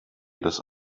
das